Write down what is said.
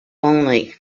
only